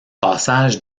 passage